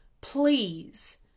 please